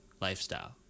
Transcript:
lifestyle